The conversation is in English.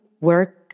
work